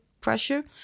pressure